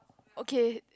okay